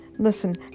Listen